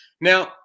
Now